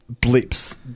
blips